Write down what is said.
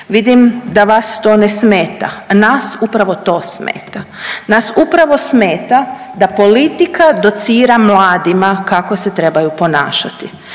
Vidim da vas to ne smeta. Nas upravo to smeta. Nas upravo smeta da politika docira mladima kako se trebaju ponašati,